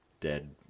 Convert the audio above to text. dead